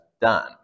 done